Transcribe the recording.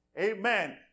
Amen